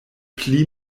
pli